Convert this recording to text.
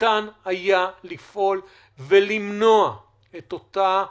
ניתן היה לפעול ולמנוע את אותה